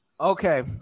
Okay